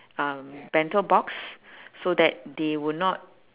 um bento box so that they would not